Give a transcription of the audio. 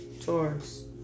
Taurus